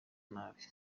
nabi